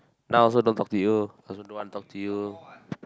now also don't talk you I also don't want talk to you